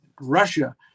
Russia